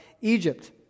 Egypt